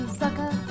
sucker